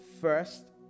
first